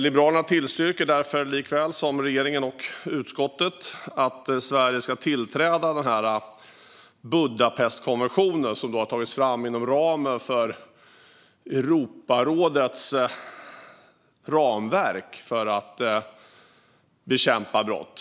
Liberalerna tillstyrker därför, likaväl som regeringen och utskottet, att Sverige ska tillträda Budapestkonventionen, som har tagits fram inom Europarådets ramverk för att bekämpa brott.